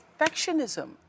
perfectionism